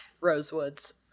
Rosewood's